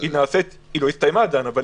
היא לא הסתיימה אך נעשית.